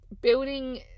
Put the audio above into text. building